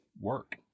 work